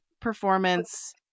performance